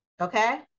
okay